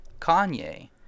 Kanye